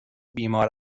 بیمار